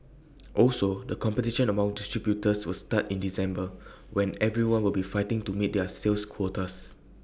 also the competition among distributors will start in December when everyone will be fighting to meet their sales quotas